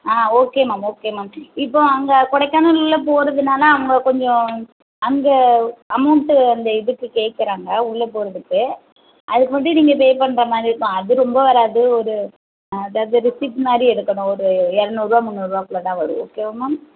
ஆ okay ma'am okay ma'am இப்போ அங்கே கொடைக்கானலில் போகிறதுன்னால அங்கே அந்த அமௌண்ட்டு அந்த இதுக்கு கேட்குறாங்க உள்ளே போகிறதுக்கு அதுக்கு மட்டும் நீங்கள் பே பண்ணுற மாதிரி இருக்கும் அது ரொம்ப வராது அதாவது ஒரு ரிசிப்ட் மாதிரி எடுக்கணும் ஒரு இரநூருவா முந்நூருபாக்குள்ள தான் வரும் ஓகேவா மேம்